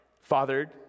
fathered